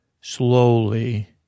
slowly